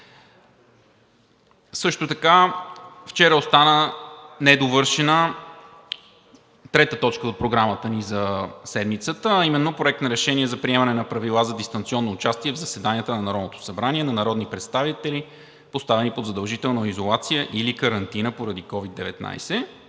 Също така вчера остана недовършена трета точка от Програмата ни за седмицата, а именно Проект на решение за приемане на Правила за дистанционно участие в заседанията на Народното събрание на народни представители, поставени под задължителна изолация или карантина поради COVID-19.